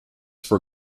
for